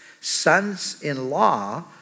sons-in-law